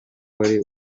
wari